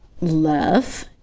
love